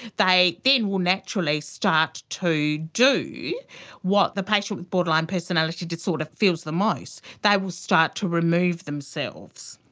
they then will naturally start to do what the patient with borderline personality disorder sort of fears the most, they will start to remove themselves.